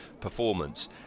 performance